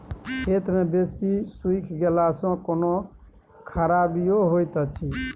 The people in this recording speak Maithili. खेत मे बेसी सुइख गेला सॅ कोनो खराबीयो होयत अछि?